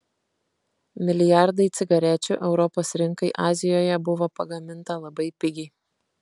milijardai cigarečių europos rinkai azijoje buvo pagaminta labai pigiai